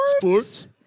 Sports